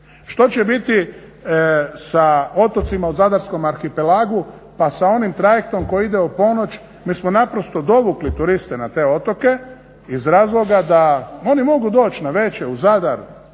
Što će biti sa otocima u zadarskom arhipelagu pa sa onim trajektom koji ide u ponoć? Mi smo dovukli te turiste na otoke iz razloga da oni mogu doći na večer u Zadar,